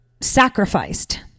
sacrificed